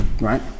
right